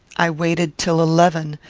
i waited till eleven,